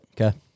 Okay